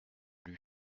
lui